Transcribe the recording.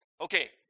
Okay